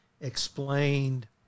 explained